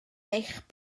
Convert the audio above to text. eich